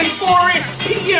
forest